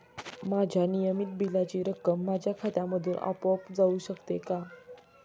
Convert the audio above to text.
माझ्या नियमित बिलाची रक्कम माझ्या खात्यामधून आपोआप जाऊ शकते का?